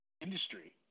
Industry